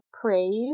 praise